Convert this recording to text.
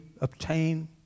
obtain